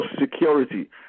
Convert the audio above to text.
security